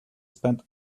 spend